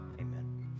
Amen